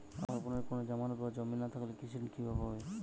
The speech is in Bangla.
আমার বোনের কোন জামানত বা জমি না থাকলে কৃষি ঋণ কিভাবে পাবে?